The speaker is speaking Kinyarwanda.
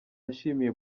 yishimiye